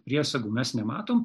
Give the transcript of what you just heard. priesagų mes nematom